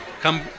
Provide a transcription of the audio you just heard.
come